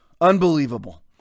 Unbelievable